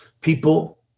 People